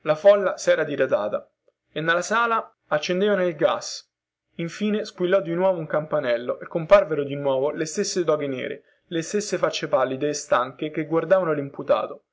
la folla sera diradata e nella sala accendevano il gas infine squillò di nuovo un campanello e comparvero di nuovo le stesse toghe nere le stesse facce pallide e stanche che guardavano limputato